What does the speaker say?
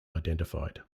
identified